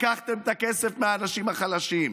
לקחתם את הכסף מהאנשים החלשים,